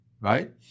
right